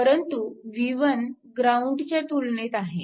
परंतु v1 ग्राऊंडच्या तुलनेत आहे